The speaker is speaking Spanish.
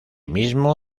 mismo